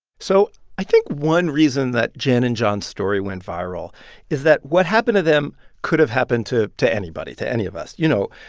so i think one reason that jen and john's story went viral is that what happened to them could have happened to to anybody, to any of us. you know,